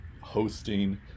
hosting